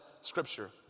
scripture